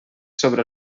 sobre